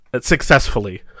successfully